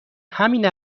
همین